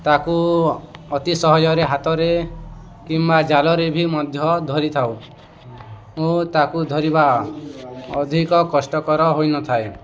ତାକୁ ଅତି ସହଜରେ ହାତରେ କିମ୍ବା ଜାଲରେ ବି ମଧ୍ୟ ଧରିଥାଉ ଓ ତାକୁ ଧରିବା ଅଧିକ କଷ୍ଟକର ହୋଇନଥାଏ